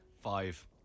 Five